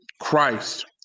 Christ